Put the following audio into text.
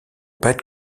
être